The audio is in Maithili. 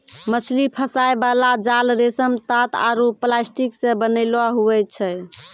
मछली फसाय बाला जाल रेशम, तात आरु प्लास्टिक से बनैलो हुवै छै